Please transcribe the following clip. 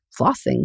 flossing